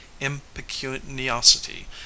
impecuniosity